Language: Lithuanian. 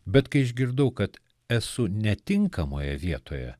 bet kai išgirdau kad esu netinkamoje vietoje